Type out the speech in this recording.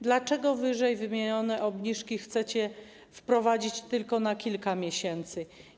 Dlaczego ww. obniżki chcecie wprowadzić tylko na kilka miesięcy?